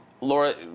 Laura